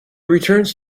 returns